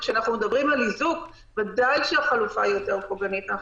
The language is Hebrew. וכשאנחנו מדברים על איזוק ודאי שהחלופה היא יותר פוגענית.